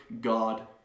God